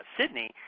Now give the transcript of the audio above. Sydney